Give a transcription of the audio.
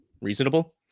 reasonable